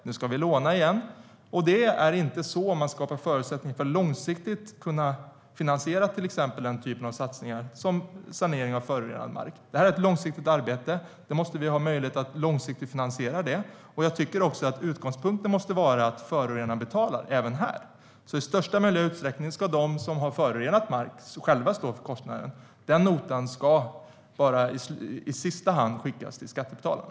Nu ska vi låna igen, men det är inte så man skapar förutsättningar för att långsiktigt kunna finansiera satsningar på exempelvis sanering av förorenad mark. Det är ett långsiktigt arbete, och vi måste ha möjlighet att finansiera det på längre sikt. Jag tycker att utgångspunkten även här måste vara att förorenaren betalar. I största möjliga utsträckning ska de som har förorenat marken själva stå för kostnaden. Den notan ska endast i sista hand skickas till skattebetalarna.